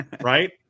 right